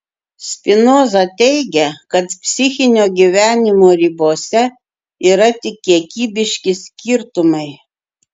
spinoza teigia kad psichinio gyvenimo ribose yra tik kiekybiški skirtumai